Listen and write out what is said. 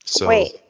Wait